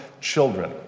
children